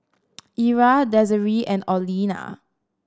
Ira Desiree and Olena